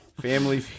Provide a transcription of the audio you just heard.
Family